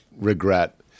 regret